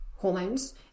hormones